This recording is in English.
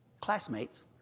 classmates